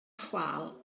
chwâl